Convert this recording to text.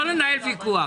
לא לנהל ויכוח.